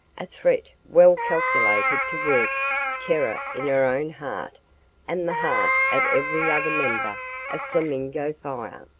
a threat well calculated to work terror in her own heart and the heart of every other member of flamingo fire.